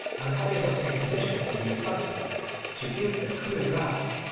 and having obtained permission from the infanta to give the coup de grace,